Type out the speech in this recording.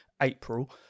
april